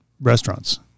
restaurants